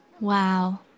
Wow